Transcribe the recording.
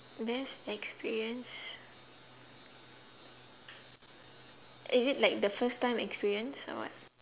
best experience is it like the first time experience or what